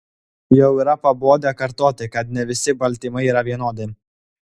jau yra pabodę kartoti kad ne visi baltymai yra vienodi